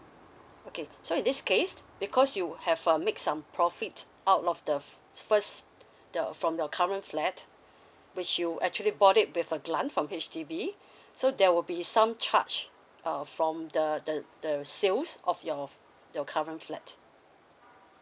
okay so in this case because you have uh make some profit out of the first the from your current flat which you actually bought it with a grant from H_D_B so there will be some charge uh from the the the sales of your your current flat